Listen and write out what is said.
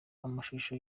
amashusho